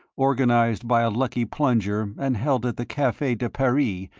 organized by a lucky plunger and held at the cafe de paris,